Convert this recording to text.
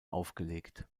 aufgelegt